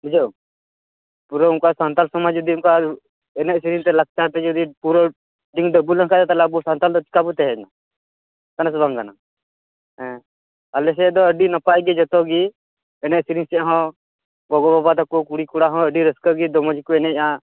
ᱵᱩᱡᱷᱟᱹᱣ ᱯᱩᱨᱟᱹ ᱚᱱᱠᱟ ᱥᱟᱱᱛᱟᱲ ᱥᱚᱢᱟᱡ ᱡᱩᱫᱤ ᱚᱱᱠᱟ ᱮᱱᱮᱡ ᱥᱮᱨᱮᱧᱛᱮ ᱞᱟᱠᱪᱟᱨ ᱛᱮᱜᱮ ᱡᱩᱫᱤ ᱯᱩᱨᱟᱹ ᱰᱤᱝ ᱰᱟᱵᱩᱨ ᱞᱮᱠᱷᱟᱱ ᱚᱵᱚ ᱥᱟᱱᱛᱟᱲ ᱫᱚ ᱪᱮᱠᱟᱛᱮ ᱛᱟᱦᱮᱸᱱᱟ ᱪᱟᱱᱟᱥ ᱵᱟᱝ ᱠᱟᱱᱟ ᱮᱸ ᱟᱞᱮᱥᱮᱫ ᱫᱚ ᱟᱰᱤ ᱱᱟᱯᱟᱭ ᱜᱮ ᱡᱚᱛᱚᱜᱮ ᱮᱱᱮᱡ ᱥᱮᱨᱮᱝ ᱪᱮᱜ ᱦᱚᱸ ᱜᱚᱜᱚ ᱵᱟᱵᱟ ᱛᱚᱠᱚ ᱠᱩᱲᱤ ᱠᱚᱲᱟ ᱦᱚ ᱟᱰᱤ ᱨᱟᱹᱥᱠᱟᱹ ᱜᱮ ᱫᱚᱢᱮ ᱜᱮᱠᱚ ᱮᱱᱮᱡᱼᱟ